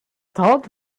thought